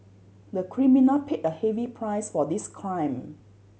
the criminal paid a heavy price for his crime